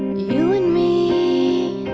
you and me